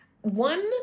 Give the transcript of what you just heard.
one